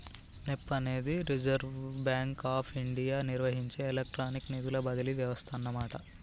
NEFT అనేది reserve bank of India నిర్వహించే electronic నిధుల బదిలీ వ్యవస్థ అన్నమాట